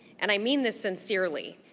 and i mean this sincerely,